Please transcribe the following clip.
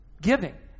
Giving